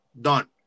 Done